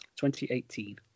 2018